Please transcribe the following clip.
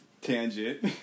Tangent